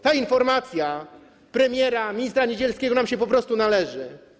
Ta informacja premiera, ministra Niedzielskiego nam się po prostu należy.